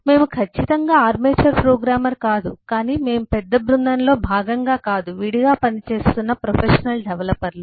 మేము ఖచ్చితంగా amateur programmer కాదు కాని మేము పెద్ద బృందంలో భాగంగా కాదు విడిగా పనిచేస్తున్నప్రొఫెషనల్ డెవలపర్లు